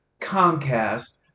Comcast